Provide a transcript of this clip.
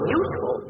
useful